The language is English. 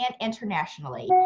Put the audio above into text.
internationally